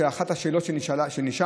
אחת השאלות שנשאלנו: